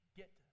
get